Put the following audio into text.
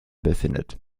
befindet